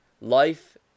life